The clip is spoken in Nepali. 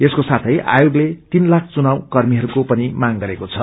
यसको साथै आयोगले तीन लाख चुनाव कर्मीहरूको पनि मांग गरेको छ